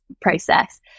process